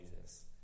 Jesus